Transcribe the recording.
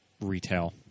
retail